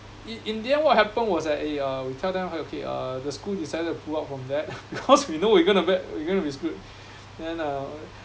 in in the end what happened was that eh uh we tell them okay uh the school decided to pull out from that because we know we're gonna bad we gonna be screwed then uh